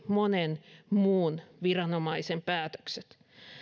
monen muun viranomaisen päätökset